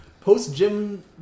post-gym